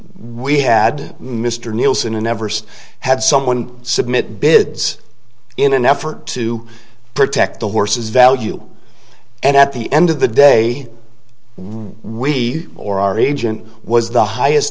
we had mr nielsen in everson had someone submit bids in an effort to protect the horse's value and at the end of the day we or our agent was the highest